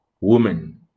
woman